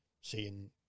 seeing